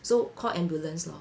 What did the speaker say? so call ambulance lor